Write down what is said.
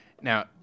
Now